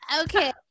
Okay